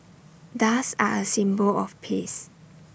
doves are A symbol of peace